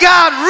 God